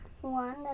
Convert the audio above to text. one